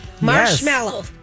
Marshmallow